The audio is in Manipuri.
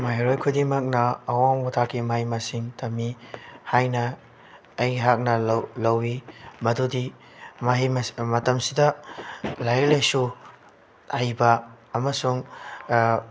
ꯃꯍꯩꯔꯣꯏ ꯈꯨꯗꯤꯡꯃꯛꯅ ꯑꯋꯥꯡꯕ ꯊꯥꯛꯀꯤ ꯃꯍꯩ ꯃꯁꯤꯡ ꯇꯝꯃꯤ ꯍꯥꯏꯅ ꯑꯩꯍꯥꯛꯅ ꯂꯧꯋꯤ ꯃꯗꯨꯗꯤ ꯃꯍꯩ ꯃꯇꯝꯁꯤꯗ ꯂꯥꯏꯔꯤꯛ ꯂꯥꯏꯁꯨ ꯑꯍꯩꯕ ꯑꯃꯁꯨꯡ